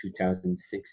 2006